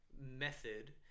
method